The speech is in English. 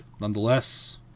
nonetheless